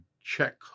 check